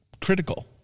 critical